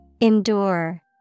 Endure